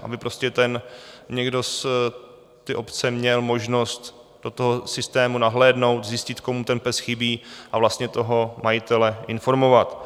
Aby prostě někdo z té obce měl možnost do toho systému nahlédnout, zjistit, komu ten pes chybí, a vlastně toho majitele informovat.